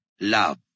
love